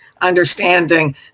understanding